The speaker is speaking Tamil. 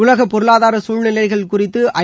உலக பொருளாதார சூழ்நிலைகள் குறித்து ஐ